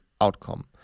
outcome